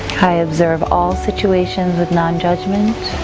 i observe all situations with non-judgment.